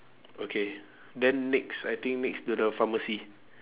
okay then next I think next to the pharmacy